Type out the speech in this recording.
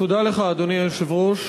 תודה לך, אדוני היושב-ראש.